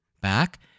back